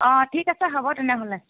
অঁ ঠিক আছে হ'ব তেনেহ'লে